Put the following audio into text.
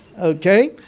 Okay